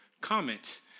comments